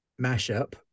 mashup